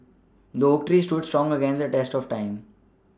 the oak tree stood strong against the test of time